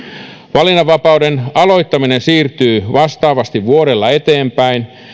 valinnanvapauden aloittaminen siirtyy vastaavasti vuodella eteenpäin